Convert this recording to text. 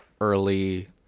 early